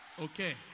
Okay